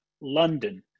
London